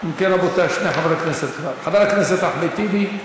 כן, 11 בעד, חמישה מתנגדים.